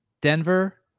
Denver